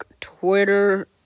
Twitter